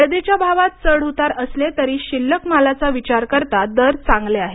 हळदीच्या भावात चढउतार असले तरी शिल्लक मालाचा विचार करता दर चांगले आहेत